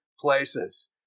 places